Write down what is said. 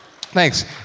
Thanks